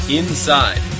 inside